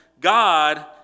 God